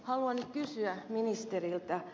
haluan nyt kysyä ministeriltä